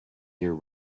year